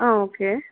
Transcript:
ஆ okay